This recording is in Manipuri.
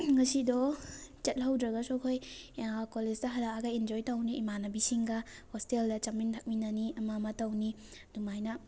ꯉꯁꯤꯗꯣ ꯆꯠꯍꯧꯗ꯭ꯔꯒꯁꯨ ꯑꯩꯈꯣꯏ ꯀꯣꯂꯦꯖꯇ ꯍꯜꯂꯛꯑꯒ ꯏꯟꯖꯣꯏ ꯇꯧꯅꯤ ꯏꯃꯥꯟꯅꯕꯤꯁꯤꯡꯒ ꯍꯣꯁꯇꯦꯜꯗ ꯆꯥꯃꯤꯟ ꯊꯛꯃꯤꯟꯅꯅꯤ ꯑꯃ ꯑꯃ ꯇꯧꯅꯤ ꯑꯗꯨꯃꯥꯏꯅ